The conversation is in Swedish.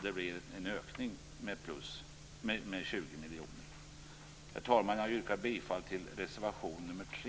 Det blir alltså en ökning med 20 miljoner kronor. Herr talman! Jag yrkar bifall till reservation nr 3.